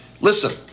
Listen